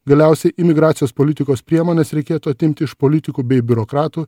galiausiai imigracijos politikos priemones reikėtų atimti iš politikų bei biurokratų